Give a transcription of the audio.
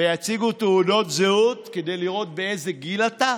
ויציגו תעודות זהות כדי לראות באיזה גיל אתה,